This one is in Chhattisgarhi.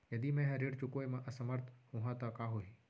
यदि मैं ह ऋण चुकोय म असमर्थ होहा त का होही?